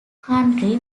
country